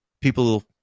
people